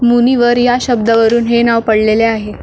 मुनिवर या शब्दावरून हे नाव पडलेले आहे